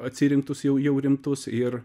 atsirinktus jau jau rimtus ir